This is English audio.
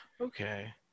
Okay